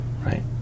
right